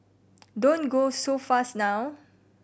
don't go so fast now